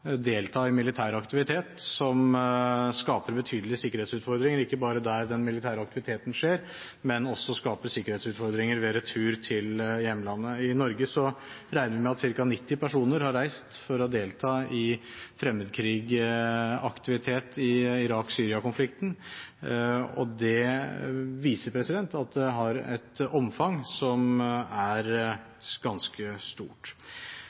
delta i militær aktivitet som skaper betydelige sikkerhetsutfordringer, ikke bare der den militære aktiviteten skjer, men også ved retur til hjemlandet. I Norge regner vi med at ca. 90 personer har reist for å delta i fremmedkrigsaktivitet i Irak/Syria-konflikten. Det viser at det har et omfang som er ganske stort.